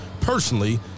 personally